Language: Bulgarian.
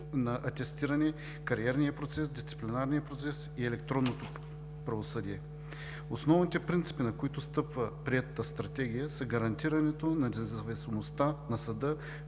на атестиране, кариерния процес, дисциплинарния процес и електронното правосъдие? Основните принципи, на които стъпва приетата Стратегия, са: гарантиране на независимостта на съда;